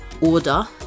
order